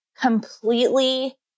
completely